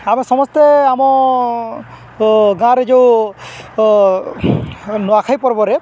ଆମେ ସମସ୍ତେ ଆମ ଗାଁରେ ଯେଉଁ ନୂଆଖାଇ ପର୍ବରେ